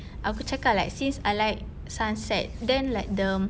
aku cakap like since I like sunset then like the